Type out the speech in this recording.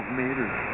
meters